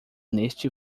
neste